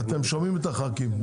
אתם שומעים את הח"כים,